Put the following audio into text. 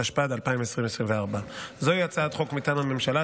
התשפ"ד 2024. זוהי הצעת חוק מטעם הממשלה,